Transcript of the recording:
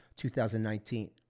2019